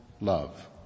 love